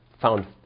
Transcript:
found